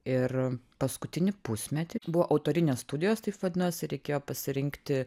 ir paskutinį pusmetį buvo autorinės studijos taip vadinosi reikėjo pasirinkti